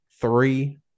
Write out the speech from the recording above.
three